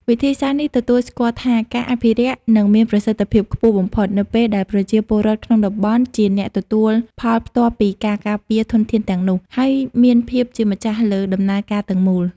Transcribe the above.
វិធីសាស្រ្តនេះទទួលស្គាល់ថា ការអភិរក្សនឹងមានប្រសិទ្ធភាពខ្ពស់បំផុត នៅពេលដែលប្រជាពលរដ្ឋក្នុងតំបន់ជាអ្នកទទួលផលផ្ទាល់ពីការការពារធនធានទាំងនោះ ហើយមានភាពជាម្ចាស់លើដំណើរការទាំងមូល។